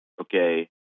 okay